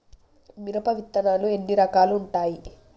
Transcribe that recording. మిరప విత్తనాలు ఎన్ని రకాలు ఉంటాయి?